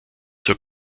zur